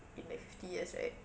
in like fifty years right